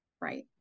Right